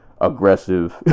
aggressive